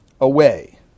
away